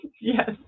Yes